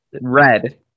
Red